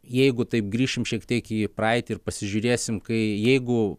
jeigu taip grįšim šiek tiek į praeitį ir pasižiūrėsim kai jeigu